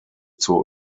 zur